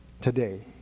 today